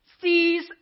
sees